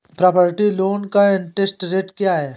Property loan का interest rate क्या है?